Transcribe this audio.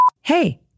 Hey